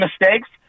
mistakes